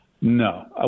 No